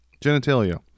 genitalia